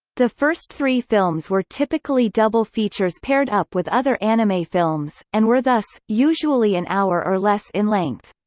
the first three films were typically double features paired up with other anime films, and were thus, usually an hour or less in length.